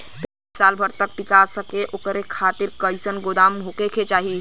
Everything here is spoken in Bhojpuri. प्याज साल भर तक टीका सके ओकरे खातीर कइसन गोदाम होके के चाही?